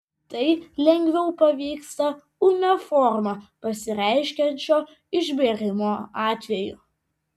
tai lengviau pavyksta ūmia forma pasireiškiančio išbėrimo atveju